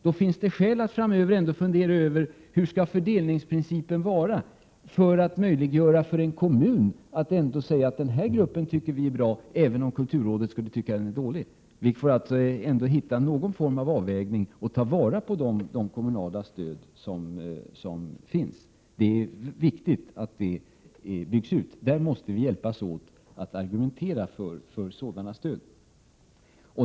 Därför finns det skäl att fundera över hur fördelningsprincipen framöver skall vara för att möjliggöra för en kommun = Prot. 1987/88:105 att ge bidrag till en grupp som man anser vara bra, även om kulturrådet skulle 21 april 1988 tycka att den är dålig. Vi får alltså försöka att ändå hitta någon form av avvägning och ta vara på de kommunala stöd som finns. Det är viktigt att detta byggs ut. Vi måste hjälpas åt för att argumentera för sådana stöd.